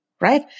right